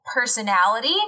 personality